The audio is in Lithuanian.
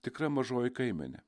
tikra mažoji kaimenė